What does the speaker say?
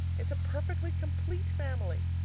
it's a perfectly complete family!